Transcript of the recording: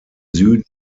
süden